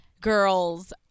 Girls